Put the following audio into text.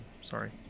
Sorry